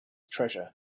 treasure